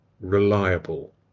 reliable